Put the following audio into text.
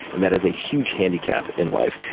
and that is a huge handicap in life.